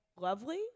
lovely